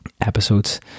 episodes